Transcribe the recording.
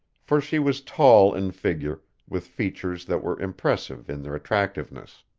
for she was tall in figure, with features that were impressive in their attractiveness.